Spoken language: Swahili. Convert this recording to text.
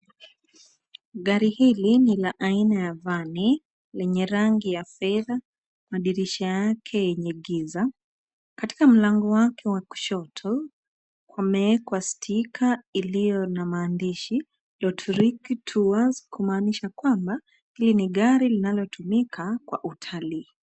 Gari hili ni la aina ya vani lenye rangi ya fedha, madirisha yake yenye giza. Katika mlango wake wa kushoto kumeekwa stika iliyo na maandishi Lotric to Once kumaanisha kwamba hili ni gari linalotumika kwa utalii.